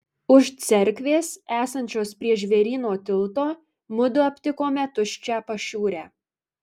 už cerkvės esančios prie žvėryno tilto mudu aptikome tuščią pašiūrę